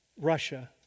Russia